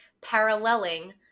paralleling